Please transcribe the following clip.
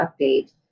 update